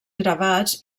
gravats